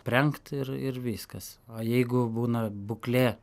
aprengt ir ir viskas o jeigu būna būklė